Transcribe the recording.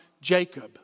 Jacob